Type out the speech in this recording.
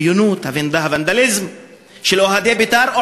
הבריונות והוונדליזם של אוהדי "בית"ר",